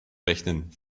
rechnen